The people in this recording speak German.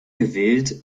gewillt